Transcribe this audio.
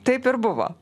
taip ir buvo